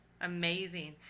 Amazing